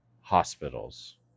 hospitals